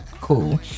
cool